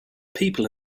people